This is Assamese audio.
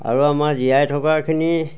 আৰু আমাৰ জীয়াই থকাখিনি